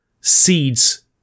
seeds